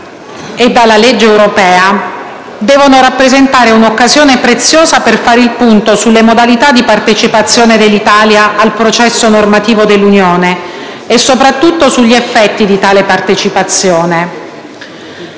e dalla legge europea, deve rappresentare un'occasione preziosa per fare il punto sulle modalità di partecipazione dell'Italia al processo normativo dell'Unione, e soprattutto sugli effetti di tale partecipazione.